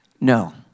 No